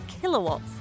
kilowatts